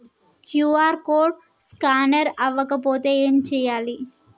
QR code scanner అవ్వకపోతే ఏం చేయాలి?